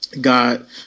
God